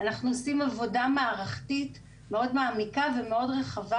אנחנו עושים עבודה מערכתית מאוד מעמיקה ורחבה,